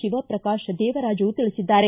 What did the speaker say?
ಶಿವಪ್ರಕಾಶ್ ದೇವರಾಜು ತಿಳಿಸಿದ್ದಾರೆ